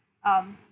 um